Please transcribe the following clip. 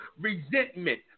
Resentment